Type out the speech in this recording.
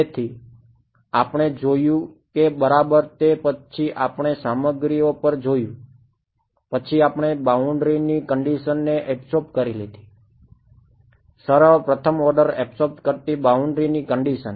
તેથી આપણે જોયું કે બરાબર તે પછી આપણે સામગ્રીઓ પર જોયું પછી આપણે બાઉન્ડ્રીની કંડીશનને અબ્સોર્બ કરી લીધી સરળ પ્રથમ ઓર્ડર અબ્સોર્બ કરતી બાઉન્ડ્રીની કંડીશન